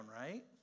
right